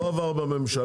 לא עבר בממשלה,